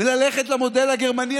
וללכת למודל הגרמני.